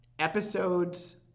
episodes